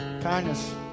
kindness